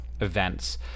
events